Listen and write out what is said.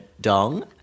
dong